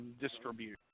distribution